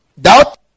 Doubt